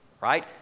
right